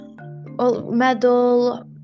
medal